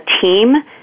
team